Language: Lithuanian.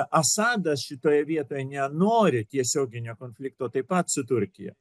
asadas šitoje vietoje nenori tiesioginio konflikto taip pat su turkija